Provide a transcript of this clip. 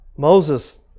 Moses